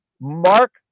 Mark